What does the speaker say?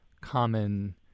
common